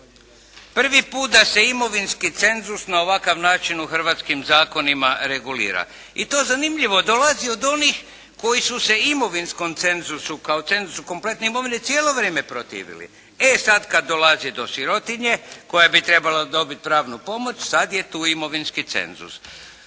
Prvi put da se imovinski cenzus na ovakav način u hrvatskim zakonima regulira i to zanimljivo, dolazi od onih koji su se imovinskom cenzusu kao cenzusu kompletne imovine cijelo vrijeme protivili. E sada kada dolazi do sirotinje koja bi trebala dobiti pravnu pomoć sada je tu imovinski cenzus.